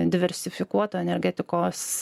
diversifikuoto energetikos